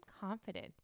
confident